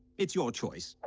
it's your choice